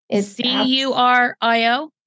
C-U-R-I-O